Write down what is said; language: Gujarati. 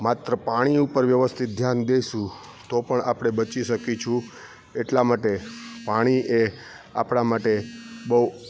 માત્ર પાણી ઉપર વ્યવસ્થિત ધ્યાન દેશું તોપણ આપણે બચી શકીશું એટલા માટે પાણી એ આપણા માટે બહુ